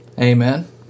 Amen